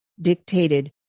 dictated